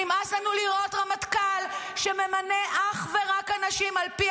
נמאס לנו לראות רמטכ"ל שממנה אנשים אך ורק על פי